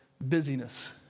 Busyness